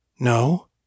No